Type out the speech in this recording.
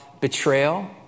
betrayal